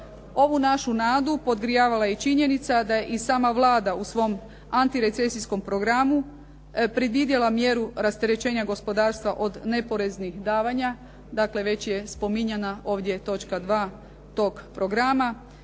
Ovu našu nadu podgrijavala je i činjenica da je i sama Vlada u svom antirecesijskom programu predvidjela mjeru rasterećenja gospodarstva od neporeznih davanja, dakle već je spominjana ovdje točka 2. tog programa.